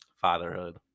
fatherhood